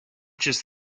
just